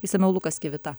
išsamiau lukas kivita